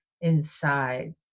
inside